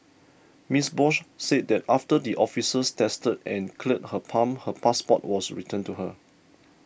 Miss Bose said that after the officers tested and cleared her pump her passport was returned to her